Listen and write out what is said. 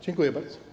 Dziękuję bardzo.